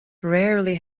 rarely